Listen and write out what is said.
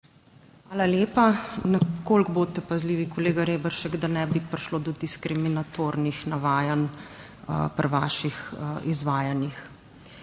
Hvala lepa. Nekoliko bodite pazljivi, kolega Reberšek, da ne bi prišlo do diskriminatornih navajanj pri vaših izvajanjih.